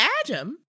Adam